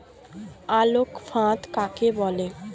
আলোক ফাঁদ কাকে বলে?